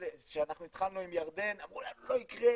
כשאנחנו התחלנו עם ירדן אמרו לנו לא יקרה,